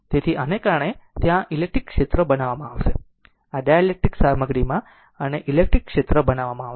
તેથી આને કારણે ત્યાં આ ઇલેક્ટ્રિક ક્ષેત્ર બનાવવામાં આવશે આ ડાઇલેક્ટ્રિક સામગ્રીમાં અને ઇલેક્ટ્રિક ક્ષેત્ર બનાવવામાં આવશે